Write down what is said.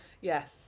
Yes